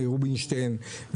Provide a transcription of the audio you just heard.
מאיר רובינשטיין.